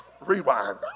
Rewind